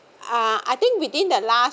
uh I think within the last